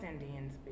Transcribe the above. Indians